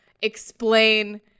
explain